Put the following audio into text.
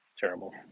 terrible